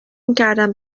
میکردم